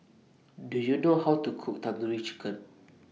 Do YOU know How to Cook Tandoori Chicken